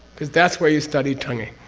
because that's where you study drang ne